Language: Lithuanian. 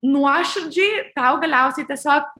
nuoširdžiai tau galiausiai tiesiog